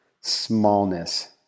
smallness